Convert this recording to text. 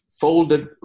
folded